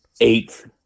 eight